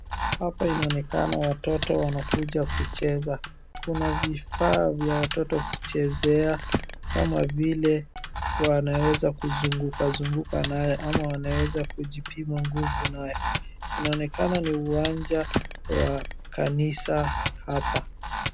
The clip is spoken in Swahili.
Hapa inaonekana watoto wanakuja kucheza. Kuna vifaa vya watoto kuchezea kama vile, wanaweza kuzunguka zunguka nayo, ama wanaweza kujipima nguvu nayo. Inaonekana ni uwanja wa kanisa hapa.